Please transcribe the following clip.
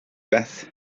beth